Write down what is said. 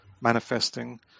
manifesting